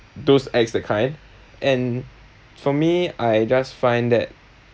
those acts that kind and for me I just find that